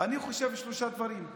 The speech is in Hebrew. אני חושב ששלושה דברים: